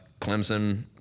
Clemson